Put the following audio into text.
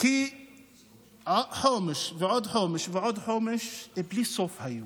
כי חומש ועוד חומש ועוד חומש, בלי סוף היו,